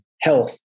health